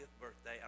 birthday